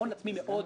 ההסדרה הזאת,